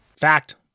Fact